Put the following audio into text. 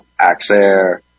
Axair